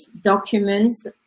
documents